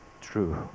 true